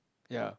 ya